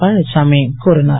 பழனிசாமி கூறினார்